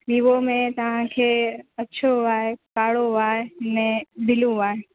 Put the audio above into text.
Vivo में तव्हांखे अछो आहे ॻाढ़ो आहे में ब्लू आहे